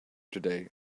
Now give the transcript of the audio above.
today